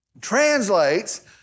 translates